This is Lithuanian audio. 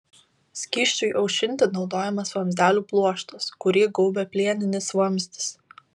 skysčiui aušinti naudojamas vamzdelių pluoštas kurį gaubia plieninis vamzdis